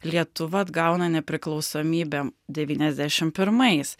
lietuva atgauna nepriklausomybę devyniasdešim pirmais